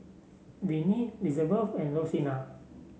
Vinie Lizabeth and Rosina